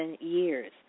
years